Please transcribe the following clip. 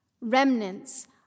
remnants